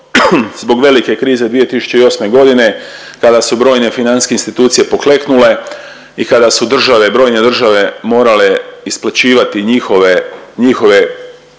zbog velike krize 2008.g. kada su brojne financijske institucije pokleknule i kada su države, brojne države morale isplaćivati njihove,